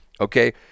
Okay